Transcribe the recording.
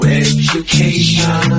education